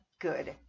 good